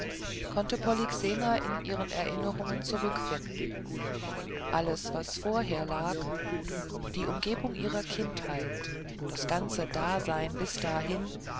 konnte polyxena in ihren erinnerungen zurückfinden alles was vorher lag die umgebung ihrer kindheit das ganze dasein bis dahin